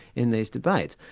in these debates.